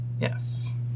Yes